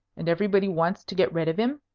and everybody wants to get rid of him?